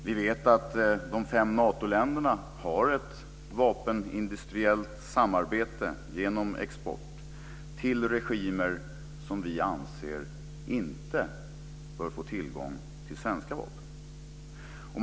Vi vet att de fem Natoländerna har ett vapenindustriellt samarbete genom export till regimer som vi anser inte bör få tillgång till svenska vapen.